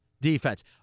defense